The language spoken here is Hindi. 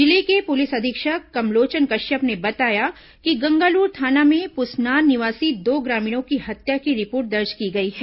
जिले के पुलिस अधीक्षक कमलोचन कश्पन ने बताया कि गंगालूर थाना में पुसनार निवासी दो ग्रामीणों की हत्या की रिपोर्ट दर्ज की गई है